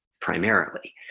primarily